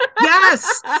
Yes